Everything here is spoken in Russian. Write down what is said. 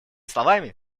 словами